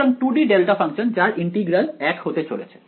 সুতরাং 2 D delta function যার integral 1 হতে চলেছে